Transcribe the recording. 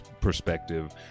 perspective